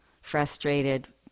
frustrated